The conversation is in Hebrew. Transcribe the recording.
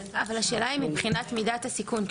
מבחינת מידת הסיכון,